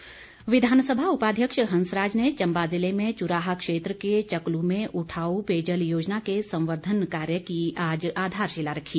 हंसराज विधानसभा उपाध्यक्ष हंसराज ने चम्बा जिले में चुराह क्षेत्र के चकलू में उठाऊ पेयजल योजना के संवर्द्वन कार्य की आज आधारशिला रखी